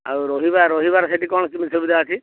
ଆଉ ରହିବା ରହିବାର ସେଠି କ'ଣ କେମିତି ସୁବିଧା ଅଛି